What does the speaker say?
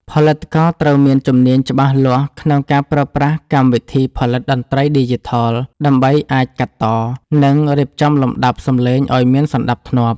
ផលិតករត្រូវមានជំនាញច្បាស់លាស់ក្នុងការប្រើប្រាស់កម្មវិធីផលិតតន្ត្រីឌីជីថល ដើម្បីអាចកាត់ត និងរៀបចំលំដាប់សំឡេងឱ្យមានសណ្ដាប់ធ្នាប់។